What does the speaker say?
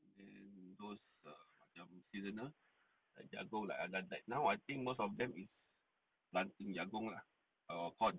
and then those err macam seasonal like jagung now I think most of them is planting jagung lah or corn